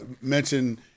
mention